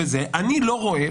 אני לא רואה,